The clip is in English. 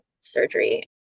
surgery